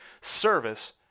service